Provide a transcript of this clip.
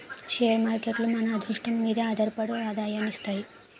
share మార్కేట్లు మన అదృష్టం మీదే ఆధారపడి ఆదాయాన్ని ఇస్తాయి